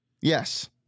Yes